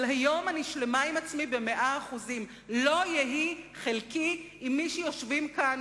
אבל היום אני שלמה עם עצמי במאה אחוזים: לא יהי חלקי עם מי שיושבים כאן,